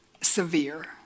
severe